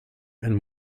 and